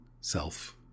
self